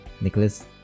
nicholas